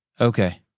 okay